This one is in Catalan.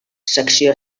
secció